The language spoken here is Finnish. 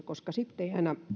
koska muuten ei aina